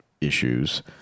issues